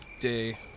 day